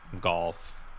golf